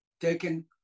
taken